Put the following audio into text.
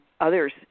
others